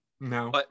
No